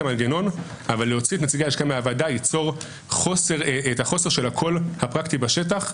אבל להוציא את נציגי הלשכה מהוועדה ייצור את החוסר של הקול הפרקטי בשטח,